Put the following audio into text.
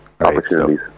Opportunities